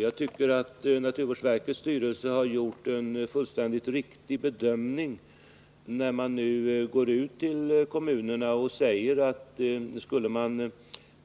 Jag tycker att naturvårdsverkets styrelse har gjort en fullständigt riktig bedömning när man nu går ut till kommunerna och säger att skulle man